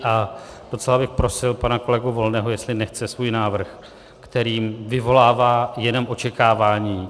A docela bych prosil pana kolegu Volného, jestli nechce svůj návrh, který vyvolává jenom očekávání...